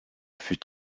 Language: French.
fut